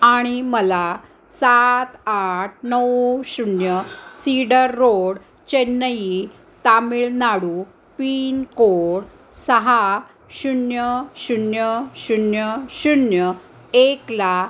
आणि मला सात आठ नऊ शून्य cedar road Chennai Tamil Nadu pin code सहा शून्य शून्य शून्य शून्य एकला